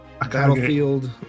Battlefield